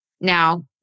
Now